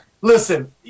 Listen